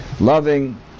Loving